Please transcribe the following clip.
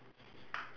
yellow and red